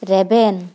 ᱨᱮᱵᱮᱱ